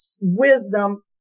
wisdom